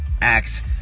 acts